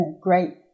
great